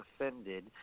offended